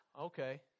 Okay